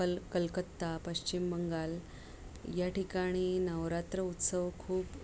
कलकत्ता पश्चिम बंगाल या ठिकाणी नवरात्र उत्सव खूप